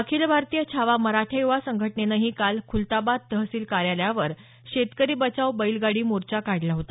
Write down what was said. अखिल भारतीय छावा मराठा युवा संघटनेनंही काल खुलताबाद तहसील कायोलयावर शेतकरी बचाव बैलगाडी मोर्चा काढला होता